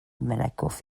malakoff